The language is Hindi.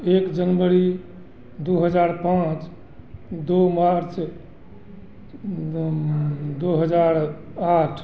एक जनवरी दो हज़ार पाँच दो मार्च दो दो हज़ार आठ